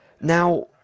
Now